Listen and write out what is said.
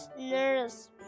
nurse